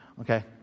Okay